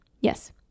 Yes